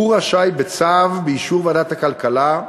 והוא רשאי, בצו, באישור ועדת הכלכלה,